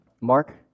Mark